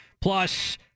Plus